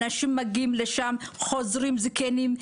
אנשים מגיעים לשם, חוזרים זקנים,